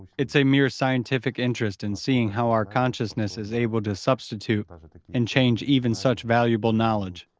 it's a mere scientific interest in seeing how our consciousness is able to substitute and change even such valuable knowledge.